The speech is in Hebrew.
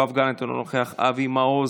יואב גלנט, אינו נוכח, אבי מעוז,